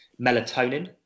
melatonin